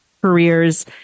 careers